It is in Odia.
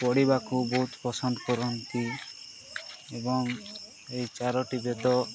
ପଢ଼ିବାକୁ ବହୁତ ପସନ୍ଦ କରନ୍ତି ଏବଂ ଏହି ଚାରୋଟି ବେଦ